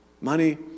Money